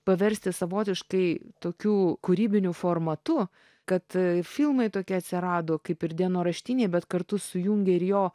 paversti savotiškai tokiu kūrybiniu formatu kad filmai tokie atsirado kaip ir dienoraštiniai bet kartu sujungia ir jo